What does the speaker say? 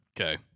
okay